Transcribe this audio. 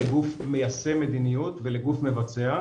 לגוף מיישם מדיניות ולגוף מבצע,